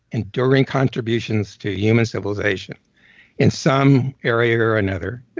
enduring contributions to human civilization in some area or another,